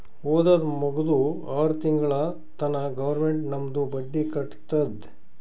ಓದದ್ ಮುಗ್ದು ಆರ್ ತಿಂಗುಳ ತನಾ ಗೌರ್ಮೆಂಟ್ ನಮ್ದು ಬಡ್ಡಿ ಕಟ್ಟತ್ತುದ್